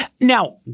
Now